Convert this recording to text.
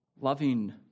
loving